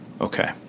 okay